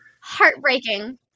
heartbreaking